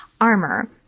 armor